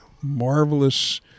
marvelous